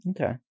Okay